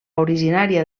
originària